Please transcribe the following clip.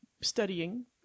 studying